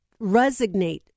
resignate